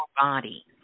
body